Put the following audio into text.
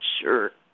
sure